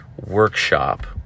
workshop